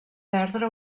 perdre